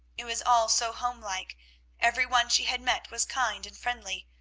it was all so homelike every one she had met was kind and friendly.